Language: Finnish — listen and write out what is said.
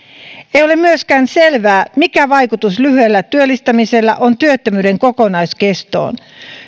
ei ole myöskään selvää mikä vaikutus lyhyellä työllistymisellä on työttömyyden kokonaiskestoon